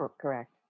Correct